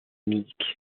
munich